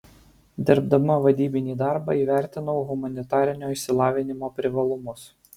dirbdama vadybinį darbą įvertinau humanitarinio išsilavinimo privalumus